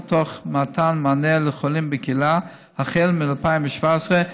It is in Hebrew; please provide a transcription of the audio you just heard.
תוך מתן מענה לחולים בקהילה החל מ-2017,